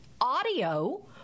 audio